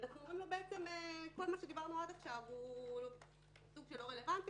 ואנחנו אומרים לו שכל מה שדיברנו עד עכשיו הוא סוג של לא רלוונטי,